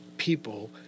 people